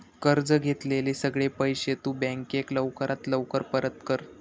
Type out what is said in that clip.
कर्ज घेतलेले सगळे पैशे तु बँकेक लवकरात लवकर परत कर